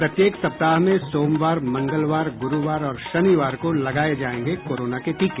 प्रत्येक सप्ताह में सोमवार मंगलवार गुरुवार और शनिवार को लगाये जायेंगे कोरोना के टीके